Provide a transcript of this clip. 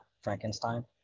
Frankenstein